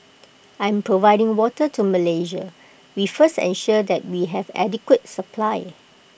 in providing water to Malaysia we first ensure that we have adequate supply